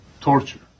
torture